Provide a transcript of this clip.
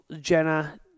Jenna